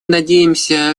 надеемся